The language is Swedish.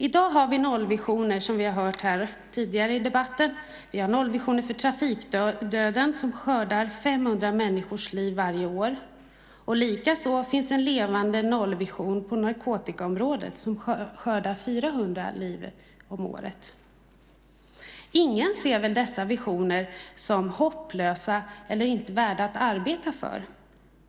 I dag har vi nollvisioner, som vi har hört tidigare i debatten, för trafikdöden som skördar 500 människors liv varje år. Likaså finns en levande nollvision på narkotikaområdet, som skördar 400 liv om året. Ingen ser väl dessa visioner som hopplösa eller inte värda att arbeta för.